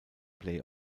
play